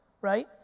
right